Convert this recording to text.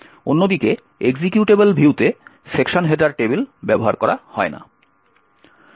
অন্যদিকে এক্সিকিউটেবল ভিউতে section header table ব্যবহার করা হয় না